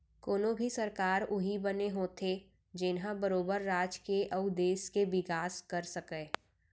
कोनो भी सरकार उही बने होथे जेनहा बरोबर राज के अउ देस के बिकास कर सकय